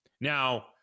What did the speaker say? Now